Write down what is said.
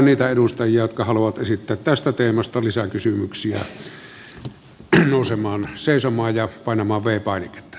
pyydän edustajia jotka haluavat esittää tästä teemasta lisäkysymyksiä nousemaan seisomaan ja painamaan v painiketta